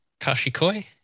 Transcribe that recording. KashikoI